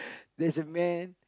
there's a man